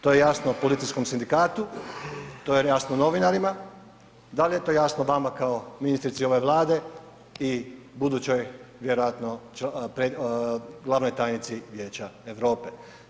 To je jasno policijskom sindikatu, to je jasno novinarima, da li je to jasno vama kao ministrici ove Vlade i budućoj vjerojatno glavnoj tajnici Vijeća Europe?